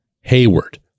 Hayward